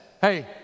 hey